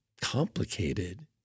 complicated